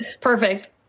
Perfect